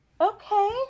Okay